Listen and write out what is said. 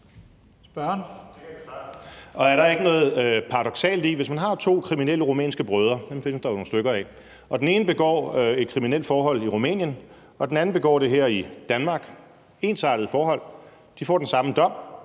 og er der ikke noget paradoksalt i, at hvis man har to kriminelle rumænske brødre – dem findes der jo nogle stykker af – og den ene begår et kriminelt forhold i Rumænien og den anden begår det her i Danmark, altså ensartede forhold, hvor de får den samme dom,